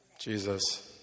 Jesus